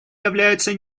являются